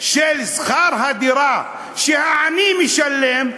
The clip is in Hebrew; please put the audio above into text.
של שכר הדירה שהעני משלם,